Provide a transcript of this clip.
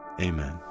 amen